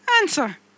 Answer